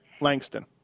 Langston